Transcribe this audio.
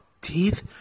teeth